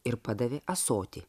ir padavė ąsotį